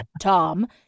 Tom